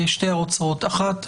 שתי הערות קצרות: אחת,